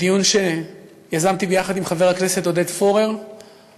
בדיון שיזמתי ביחד עם חבר הכנסת עודד פורר בנושא